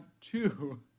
two